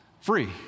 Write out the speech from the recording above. Free